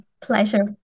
Pleasure